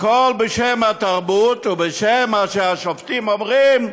הכול בשם התרבות ובשם מה שהשופטים אומרים?